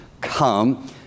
come